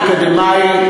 אקדמאי,